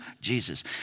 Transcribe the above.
Jesus